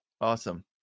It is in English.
Awesome